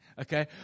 okay